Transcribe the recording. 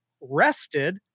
rested